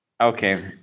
okay